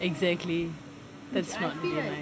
exactly that's not very nice